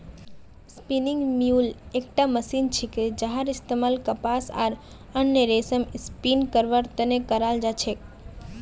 spinning mule एकटा machine छिके जहार इस्तमाल कपास आर अन्य रेशक स्पिन करवार त न कराल जा छेक